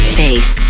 bass